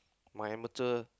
my amateur